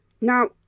Now